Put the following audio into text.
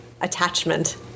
attachment